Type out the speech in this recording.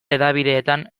hedabideetan